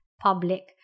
public